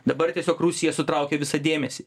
dabar tiesiog rusija sutraukė visą dėmesį